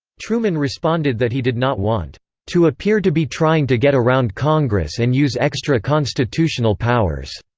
truman responded that he did not want to appear to be trying to get around congress and use extra-constitutional powers,